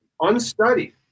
unstudied